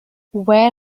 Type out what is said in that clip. where